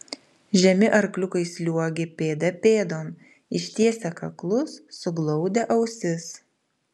žemi arkliukai sliuogė pėda pėdon ištiesę kaklus suglaudę ausis